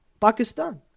Pakistan